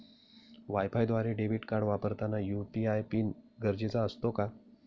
वायफायद्वारे debit card वापरताना UPI PIN गरजेचा असतो का?